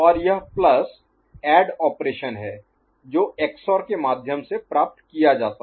और यह plus add operation है जो XOR के माध्यम से प्राप्त किया जाता है